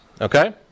Okay